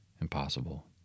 impossible